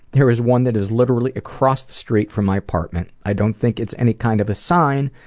there is one that is literally across the street from my apartment. i don't think it's any kind of a sign,